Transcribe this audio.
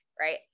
Right